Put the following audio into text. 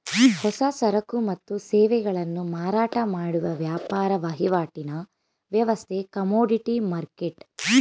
ಹೊಸ ಸರಕು ಮತ್ತು ಸೇವೆಗಳನ್ನು ಮಾರಾಟ ಮಾಡುವ ವ್ಯಾಪಾರ ವಹಿವಾಟಿನ ವ್ಯವಸ್ಥೆ ಕಮೋಡಿಟಿ ಮರ್ಕೆಟ್